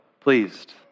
pleased